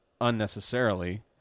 unnecessarily